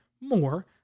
more